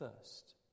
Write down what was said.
first